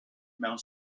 mewn